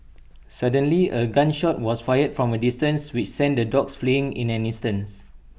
suddenly A gun shot was fired from A distance which sent the dogs fleeing in an instant